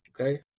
Okay